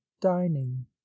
dining